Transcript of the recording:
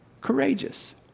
courageous